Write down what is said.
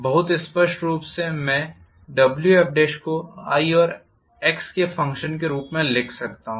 बहुत स्पष्ट रूप से मैं Wfको i और x के फ़ंक्शन के रूप में लिख सकता हूं